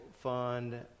fund